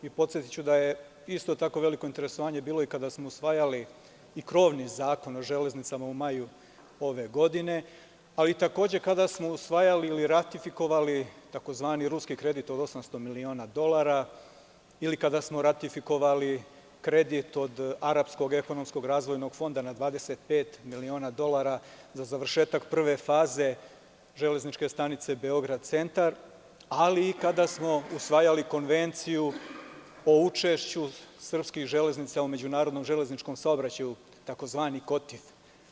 Podsetiću da je isto tako veliko interesovanje bilo i kada smo usvajali krovni Zakon o železnicama u maju ove godine, a takođe i kada smo usvajali ili ratifikovali tzv. ruski kredit od 800 miliona dolara ili kada smo ratifikovali kredit od arapskog ekonomskog razvojnog fonda na 25 miliona dolara za završetak prve faze Železničke stanice „Beograd centar“, ali i kada smo usvajali Konvenciju o učešću srpskih železnica u međunarodnom železničkom saobraćaju, tzv. KOTIF.